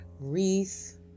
wreath